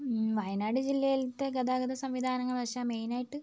വയനാട് ജില്ലയിലത്തെ ഗതാഗത സംവിധാനങ്ങൾ വെച്ചാൽ മെയിൻ ആയിട്ട്